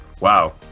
wow